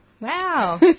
Wow